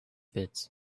pits